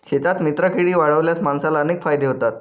शेतात मित्रकीडी वाढवल्यास माणसाला अनेक फायदे होतात